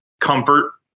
comfort